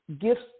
gifts